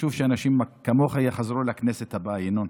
חשוב שאנשים כמוך יחזרו לכנסת הבאה, ינון.